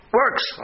works